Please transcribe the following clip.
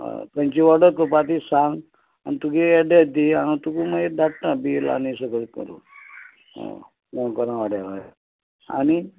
हय खंयची ओर्डर करपाची ती सांग आनी तुगे एड्रेस दी हांव तुका मागीर धाडटा बील आनी सगळें करूं गांवकर वाड्यार आनी